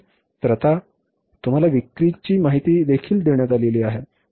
तर आता तुम्हाला विक्रीची माहिती देखील देण्यात आली आहे